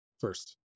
first